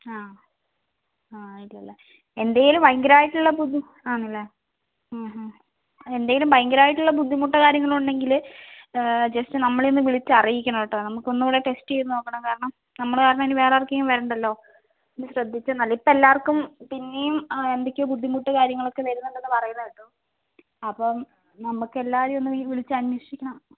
ആ ആ ഇല്ലല്ലേ എന്തെങ്കിലും ഭയങ്കരമായിട്ടുള്ള ബുദ്ധി ആണല്ലേ ഉം ഹും എന്തെങ്കിലും ഭയങ്കരമായിട്ടുള്ള ബുദ്ധിമുട്ടോ കാര്യങ്ങളോ ഉണ്ടെങ്കിൽ ജസ്റ്റ് നമ്മളെ ഒന്ന് വിളിച്ചറിയിക്കണം കേട്ടോ നമുക്കൊന്നുംകൂടെ ടെസ്റ്റ് ചെയ്ത് നോക്കണം കാരണം നമ്മൾ കാരണം ഇനി വേറെ ആർക്കെങ്കിലും വരേണ്ടല്ലോ ഒന്നു ശ്രദ്ധിച്ച് നല്ല ഇപ്പോൾ എല്ലാവർക്കും പിന്നെയും എന്തൊക്കെയോ ബുദ്ധിമുട്ട് കാര്യങ്ങളൊക്കെ വരുന്നുണ്ടെന്ന് പറയുന്നത് കേട്ടു അപ്പം നമുക്കെല്ലാവരെയും ഒന്ന് ഈ വിളിച്ച് അന്വേഷിക്കണം